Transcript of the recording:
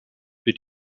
für